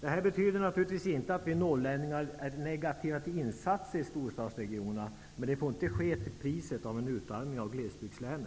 Det betyder naturligtvis inte att vi norrlänningar är negativa till insatser i storstadsregionerna, men det får inte ske till priset av en utarmning av glesbyggdslänen.